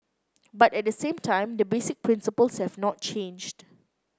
but at the same time the basic principles have not changed